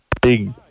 big